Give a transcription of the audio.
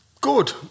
good